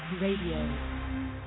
Radio